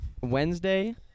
Wednesday